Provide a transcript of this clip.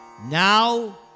Now